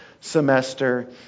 semester